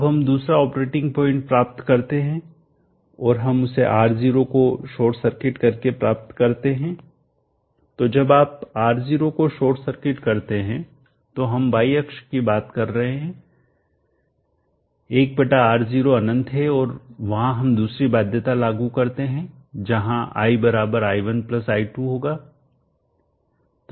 अब हम दूसरा ऑपरेटिंग पॉइंट प्राप्त करते है और हम उसे R0 को शॉर्ट सर्किट करके प्राप्त करते हैं तो जब आप R0 को शॉर्ट सर्किट करते हैं तो हम y अक्ष की बात कर रहे हैं 1 R0 अनंत है और वहाँ हम दूसरी बाध्यता लागू करते हैं जहां i i1 i2 होगा